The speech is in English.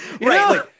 Right